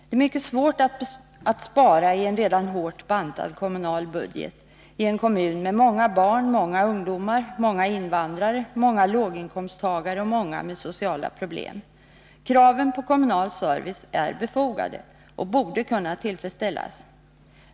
Det är mycket svårt att spara i en redan hårt bantad kommunal budget i en kommun med många barn, många ungdomar, många invandrare, många låginkomsttagare och många med sociala problem. Kraven på kommunal service är befogade och borde kunna tillfredsställas.